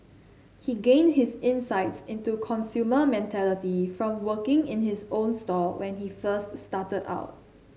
he gained his insights into consumer mentality from working in his own store when he first started out